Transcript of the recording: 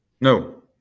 no